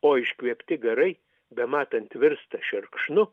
o iškvėpti garai bematant virsta šerkšnu